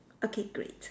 okay great